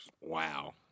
Wow